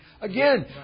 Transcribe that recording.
Again